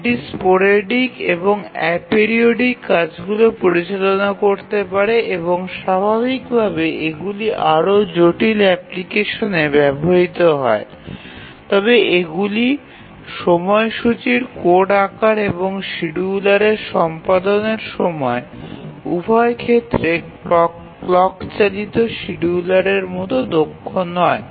এটি স্পোরেডিক এবং এপিরিওডিক কাজগুলি পরিচালনা করতে পারে এবং স্বাভাবিকভাবে এগুলি আরও জটিল অ্যাপ্লিকেশনে ব্যবহৃত হয় তবে এগুলি সময়সূচীর কোড আকার এবং শিডিয়ুলারের সম্পাদনের সময় উভয় ক্ষেত্রে ক্লক চালিত শিডিয়ুলারের মতো দক্ষ নয়